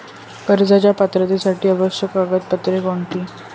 कर्जाच्या पात्रतेसाठी आवश्यक कागदपत्रे कोणती?